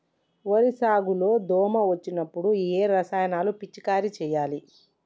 వరి సాగు లో దోమ వచ్చినప్పుడు ఏ రసాయనాలు పిచికారీ చేయాలి?